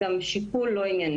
יהיה מעורב גם שיקול לא ענייני,